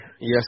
yes